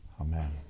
Amen